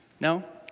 No